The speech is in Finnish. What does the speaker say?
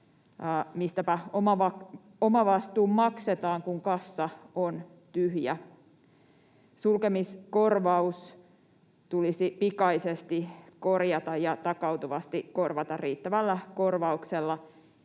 Mistäpä omavastuu maksetaan, kun kassa on tyhjä. Sulkemiskorvaus tulisi pikaisesti korjata, ja elinkeinon harjoittamisen